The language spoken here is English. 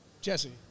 Jesse